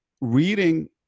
reading